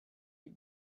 die